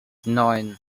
neun